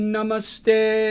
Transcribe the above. Namaste